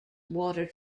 water